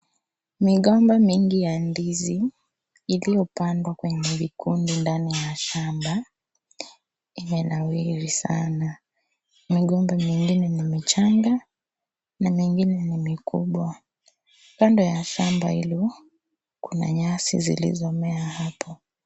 Migomba mingi ya ndizi iliyopandwa kwenye vikundi ndani ya shamba imenawiri sana. Migomba mengine ni michanga na mengine ni mikubwa. Kando ya shamba hilo kuna nyasi zilizomea hapo.